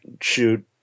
shoot